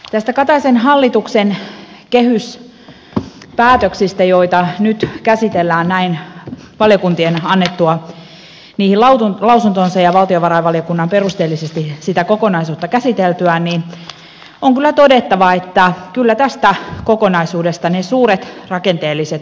näistä kataisen hallituksen kehyspäätöksistä joita nyt käsitellään näin valiokuntien annettua niihin lausuntonsa ja valtiovarainvaliokunnan perusteellisesti kokonaisuutta käsiteltyään on kyllä todettava että kyllä tästä kokonaisuudesta ne suuret rakenteelliset uudistukset puuttuvat